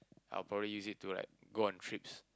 I'll probably use it to like go on trips